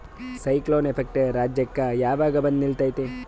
Cyclone effect ರಾಜ್ಯಕ್ಕೆ ಯಾವಾಗ ಬಂದ ನಿಲ್ಲತೈತಿ?